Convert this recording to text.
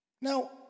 Now